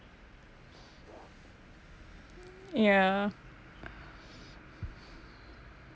yeah